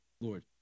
Lord